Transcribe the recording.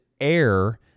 air